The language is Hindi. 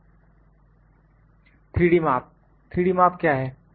3D माप 3D माप क्या हैं